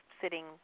sitting